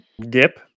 dip